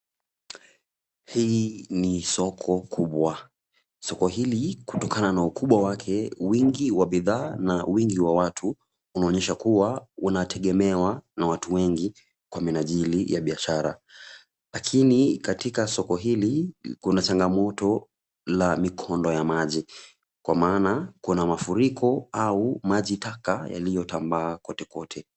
Hii ni soko kubwa, soko hili kutokana na ukubwa wake ,wingi wa bidhaa na wingi wa watu unaonyesha kuwa unategemewa na watu wengi kwa minajili ya biashara, lakini katika soko hili kuna changamoto la mikondo ya maji, kwa maana kuna mafuriko au maji taka yaliyotanda kotekote.